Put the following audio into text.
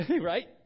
Right